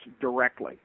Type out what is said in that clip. directly